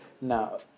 Now